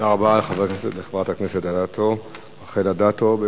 תודה רבה לחברת הכנסת רחל אדטו.